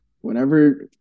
Whenever